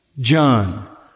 John